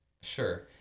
Sure